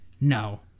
No